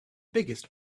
biggest